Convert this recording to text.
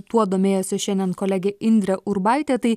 tuo domėjosi šiandien kolegė indrė urbaitė tai